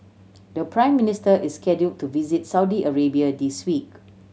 the Prime Minister is scheduled to visit Saudi Arabia this week